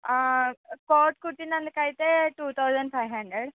coat కుట్టినందుకు అయితే two thousand five hundred